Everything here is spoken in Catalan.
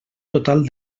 total